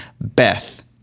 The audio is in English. Beth